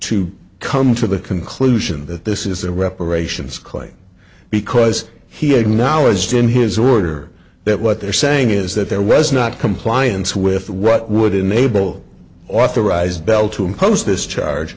to come to the conclusion that this is a reparations claim because he acknowledged in his order that what they're saying is that there was not compliance with what would enable authorized bell to impose this charge